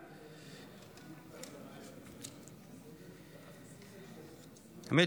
האמת,